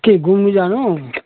के घुम्नु जानु